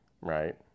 Right